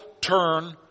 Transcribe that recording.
turn